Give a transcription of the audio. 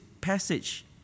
passage